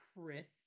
Chris